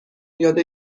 یاد